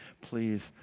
please